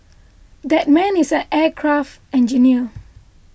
that man is an aircraft engineer